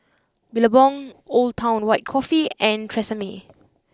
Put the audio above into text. Billabong Old Town White Coffee and Tresemme